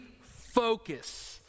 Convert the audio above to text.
focus